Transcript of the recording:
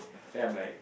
then I'm like